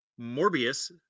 Morbius